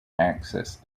access